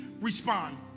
respond